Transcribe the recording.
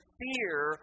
fear